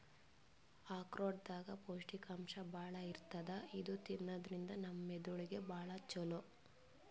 ಆಕ್ರೋಟ್ ದಾಗ್ ಪೌಷ್ಟಿಕಾಂಶ್ ಭಾಳ್ ಇರ್ತದ್ ಇದು ತಿನ್ನದ್ರಿನ್ದ ನಮ್ ಮೆದಳಿಗ್ ಭಾಳ್ ಛಲೋ